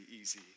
easy